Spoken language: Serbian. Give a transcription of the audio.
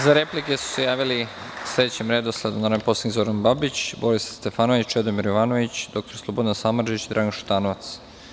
Za replike su se javili narodni poslanici po sledećem redosledu: narodni poslanik Zoran Babić, Borislav Stefanović, Čedomir Jovanović, dr Slobodan Samardžić i Dragan Šutanovac.